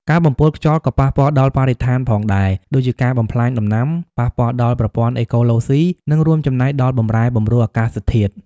ការបំពុលខ្យល់ក៏ប៉ះពាល់ដល់បរិស្ថានផងដែរ ដូចជាការបំផ្លាញដំណាំ ប៉ះពាល់ដល់ប្រព័ន្ធអេកូឡូស៊ី និងរួមចំណែកដល់បម្រែបម្រួលអាកាសធាតុ។